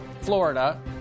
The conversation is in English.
Florida